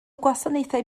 gwasanaethau